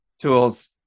tools